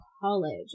college